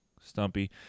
Stumpy